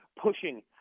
pushing